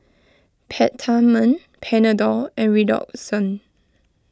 Peptamen Panadol and Redoxon